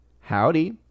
Howdy